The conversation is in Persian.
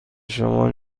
شما